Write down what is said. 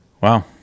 Wow